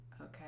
okay